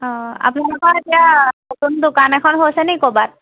অ আপোনালোকৰ এতিয়া নতুন দোকান এখন হৈছে নি ক'বাত